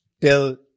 till